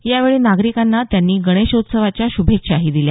यावेळी नागरिकांना त्यांनी गणेशत्सोवाच्या श्रभेच्छाही दिल्या